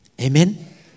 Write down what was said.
Amen